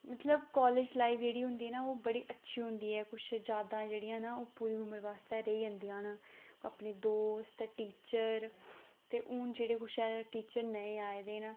मतलब college life जेह्ड़ी होंदी ना ओह् बड़ी अच्छी होंदी ऐ किश जैदा जेहड़ियां न ओह् पूरी उमर वास्तै रेही जंदियां न अपनी दोस्त टीचर ते हून किश टीचर नेह् आए दे न